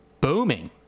booming